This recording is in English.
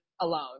alone